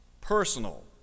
personal